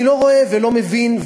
אני לא רואה ולא מבין,